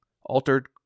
Altered